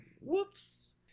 whoops